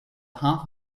half